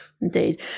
Indeed